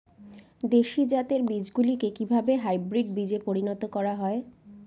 দেশি জাতের বীজগুলিকে কিভাবে হাইব্রিড বীজে পরিণত করা হয়?